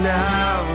now